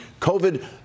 COVID